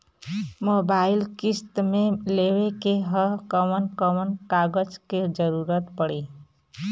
Mobile किस्त मे लेवे के ह कवन कवन कागज क जरुरत पड़ी?